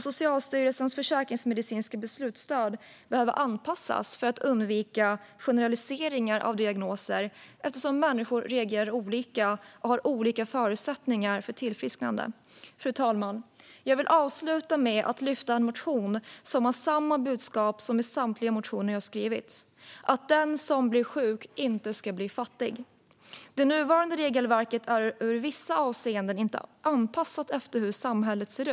Socialstyrelsens försäkringsmedicinska beslutsstöd behöver anpassas för att undvika generaliseringar av diagnoser, eftersom människor reagerar olika och har olika förutsättningar för tillfrisknande. Fru talman! Jag vill avsluta med att lyfta fram en motion med samma budskap som i samtliga motioner jag skrivit, att den som blir sjuk inte ska bli fattig. Det nuvarande regelverket är ur vissa avseenden inte anpassat efter hur samhället ser ut.